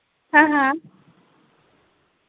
हां हां